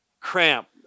cramp